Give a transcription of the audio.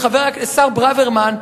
השר ברוורמן,